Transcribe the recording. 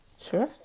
Sure